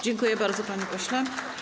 Dziękuję bardzo, panie pośle.